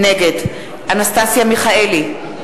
נגד אנסטסיה מיכאלי,